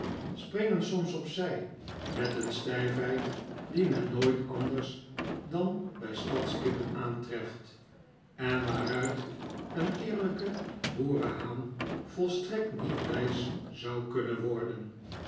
springen soms op zij met een stijfheid die men nooit anders dan bij stadskippen aantreft en waaruit een eerlijke boerenhaan volstrekt niet wijs zou kunnen worden